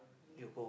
you go